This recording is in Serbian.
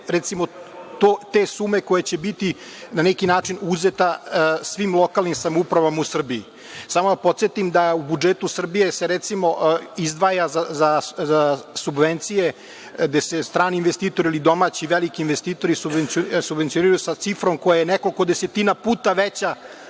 polovine te sume koja će biti na neki način uzeta svim lokalnim samoupravama u Srbiji. Samo da podsetim da u budžetu Srbije se izdvaja za subvencije, gde se strani investitori ili domaći, veliki investitori subvencionišu sa cifrom koja je nekoliko desetina puta veća